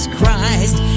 Christ